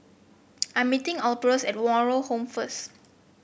I'm meeting Albertus at Moral Home first